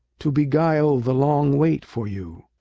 to beguile the long wait for you.